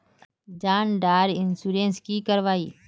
जान डार इंश्योरेंस की करवा ई?